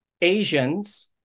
Asians